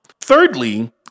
Thirdly